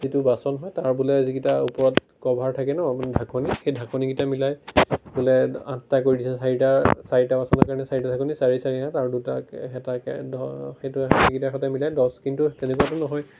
যিটো বাচন হয় তাৰ বোলে যিগিটা ওপৰত ক'ভাৰ থাকে ন মানে ঢাকনি সেই ঢাকনিগিটা মিলাই বোলে আঠটা কৰি দিছে চাৰিটা চাৰিটা বাচনৰ কাৰণে চাৰিটা ঢাকনি চাৰি চাৰি আঠ আৰু দুটাকৈ হেতাকে ধৰক সেইটো সেইগিটাৰ সৈতে মিলাই দহ কিন্তু তেনেকুৱাতো নহয়